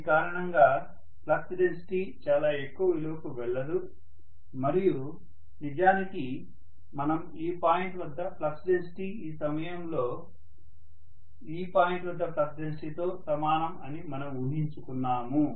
దీని కారణంగా flux density చాలా ఎక్కువ విలువకు వెళ్లదు మరియు నిజానికి మనం ఈ పాయింట్ వద్ద ఫ్లక్స్ డెన్సిటీ ఈ సమయంలో ఈపాయింట్ వద్ద ఫ్లక్స్ డెన్సిటీతో సమానం అని మనం ఊహించుకున్నాము